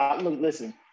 listen